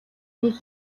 нэг